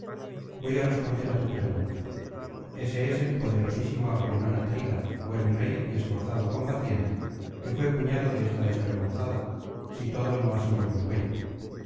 voy á responder á tu pregunta ese es el poderosísimo agamenón atrida buen rey y esforzado combatiente que fué cuñado de esta desvergonzada si todo no ha sido un sueño